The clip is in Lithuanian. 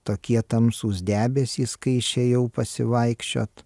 tokie tamsūs debesys kai išėjau pasivaikščiot